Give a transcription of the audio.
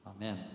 Amen